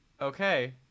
Okay